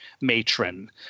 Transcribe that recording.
matron